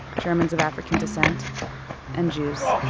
germans of african descent and jews.